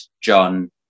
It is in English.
John